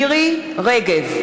מירי רגב,